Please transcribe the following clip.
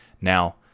Now